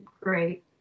great